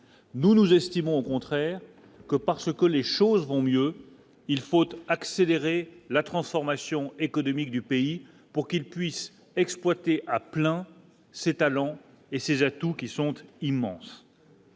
nous nous estimons au contraire que parce que les choses vont mieux. Il faut accélérer la transformation économique du pays pour qu'il puisse exploiter à plein, c'est talent et ses atouts qui sont eux immense.